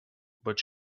but